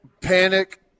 panic